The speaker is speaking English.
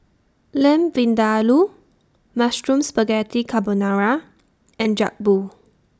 Lamb Vindaloo Mushroom Spaghetti Carbonara and Jokbal